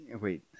wait